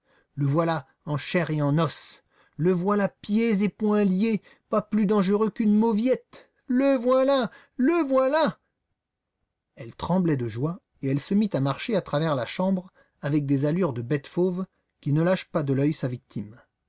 le voilà en chair et en os le voilà pieds et poings liés pas plus dangereux qu'une mauviette le voilà le voilà elle tremblait de joie et elle se mit à marcher à travers la chambre avec des allures de bête fauve qui ne lâche pas de l'œil sa victime